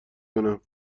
کنم